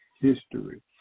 history